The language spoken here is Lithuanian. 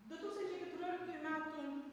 du tūkstančiai keturioliktųjų metų